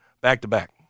back-to-back